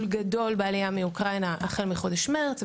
גדול מהעלייה מאוקראינה החל מחודש מרץ,